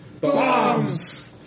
bombs